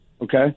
okay